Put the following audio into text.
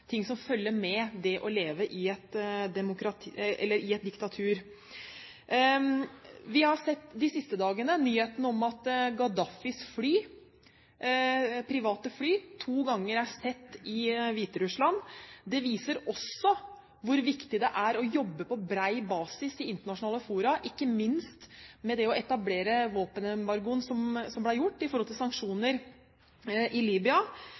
ting som følger med det å leve i et diktatur. Vi har de siste dagene sett nyheten om at Gaddafis private fly to ganger er sett i Hviterussland. Det viser også hvor viktig det er å jobbe på bred basis i internasjonale fora, ikke minst med det å etablere våpenembargoen som ble gjort i forhold til sanksjoner i Libya.